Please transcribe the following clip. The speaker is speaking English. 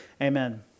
Amen